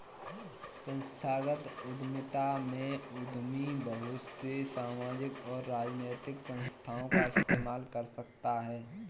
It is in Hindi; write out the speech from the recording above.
संस्थागत उद्यमिता में उद्यमी बहुत से सामाजिक और राजनैतिक संस्थाओं का इस्तेमाल कर सकता है